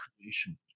creation